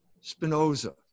Spinoza